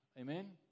Amen